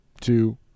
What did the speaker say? two